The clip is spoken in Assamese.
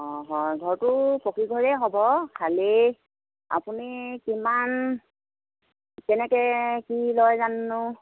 অঁ হয় ঘৰটো পকীঘৰে হ'ব খালি আপুনি কিমান কেনেকৈ কি লয় জানো